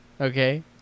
Okay